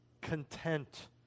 content